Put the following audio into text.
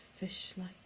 fish-like